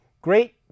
Great